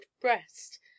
breast